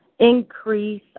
Increase